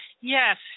Yes